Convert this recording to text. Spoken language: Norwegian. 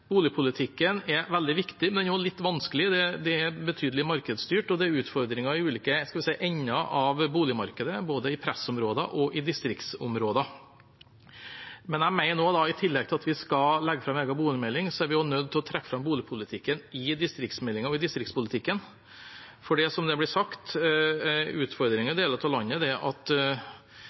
Boligpolitikken er veldig viktig, men den er også litt vanskelig. Det er betydelig markedsstyrt, og det er utfordringer i ulike ender av boligmarkedet, både i pressområder og i distriktsområder. Men jeg mener at i tillegg til at vi skal legge fram en egen boligmelding, er vi nødt til å trekke fram boligpolitikken i distriktsmeldingen og i distriktspolitikken. For det er som det er blitt sagt: Utfordringen i deler av landet er at